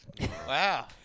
Wow